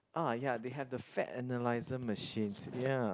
ah ya they have the fat analyzer machine ya